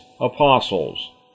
apostles